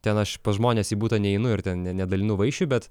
ten aš pas žmones į butą neinu ir ne nedalinu vaišių bet